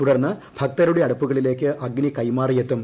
തുടർന്ന് ഭക്തരുടെ അടുപ്പുകളിലേക്ക് അഗ്നി കൈമാറിയെത്തും